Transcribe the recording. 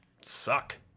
suck